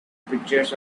pictures